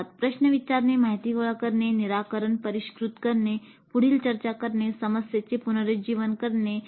प्रश्न विचारणे माहिती गोळा करणे निराकरण परिष्कृत करणे पुढील चर्चा करणे समस्येचे पुनरुज्जीवन करणे इ